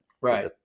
Right